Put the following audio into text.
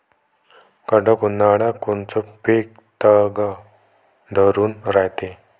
कडक उन्हाळ्यात कोनचं पिकं तग धरून रायते?